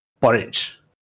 porridge